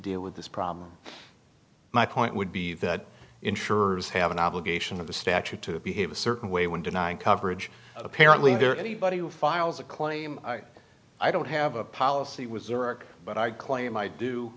deal with this problem my point would be that insurers have an obligation of the statute to behave a certain way when denying coverage apparently there anybody who files a claim i don't have a policy was iraq but i claim i do